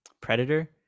Predator